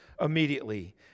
immediately